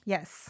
Yes